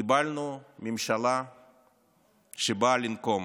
קיבלנו ממשלה שבאה לנקום,